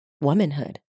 womanhood